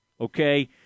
Okay